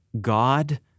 God